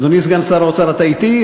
אדוני סגן שר האוצר, אתה אתי?